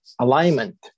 alignment